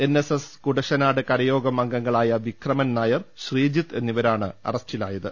NSS Kudassanad കര്യോഗം അംഗങ്ങളായ വിക്രമൻ നായർ ശ്രീജിത്ത് എന്നിവരാണ് അറസ്റ്റിലായത്